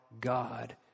God